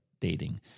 dating